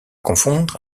confondre